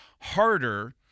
harder